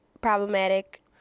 problematic